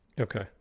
Okay